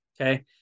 Okay